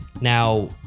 Now